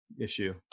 issue